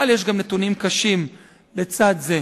אבל יש גם נתונים קשים לצד זה.